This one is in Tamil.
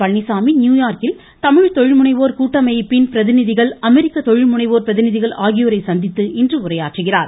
பழனிசாமி நியூயார்க்கில் தமிழ் தொழில்முனைவோர் கூட்டமைப்பின் பிரதிநிதிகள் அமெரிக்க தொழில்முனைவோர் பிரதிநிதிகள் ஆகியோரை சந்தித்து இன்று உரையாற்றுகிறார்